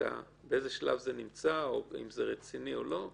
באיזה שלב זה נמצא או אם זה רציני או לא?